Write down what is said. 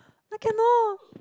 I cannot